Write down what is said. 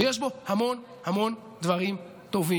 ויש בו המון המון דברים טובים.